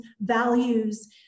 values